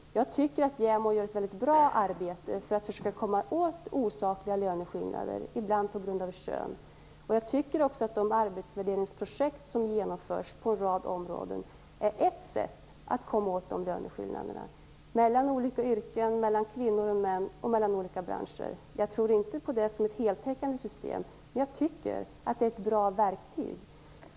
Jag tycker att JämO gör ett väldigt bra arbete för att försöka komma åt osakliga löneskillnader, som ibland beror på kön. Jag tycker också att de arbetsvärderingsprojekt som genomförs på en rad områden är ett sätt att komma åt dessa löneskillnader - mellan olika yrken, mellan kvinnor och män och mellan olika branscher. Jag tror inte på det som ett heltäckande system, men jag tycker att det är ett bra verktyg.